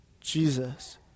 Jesus